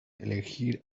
elegir